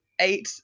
eight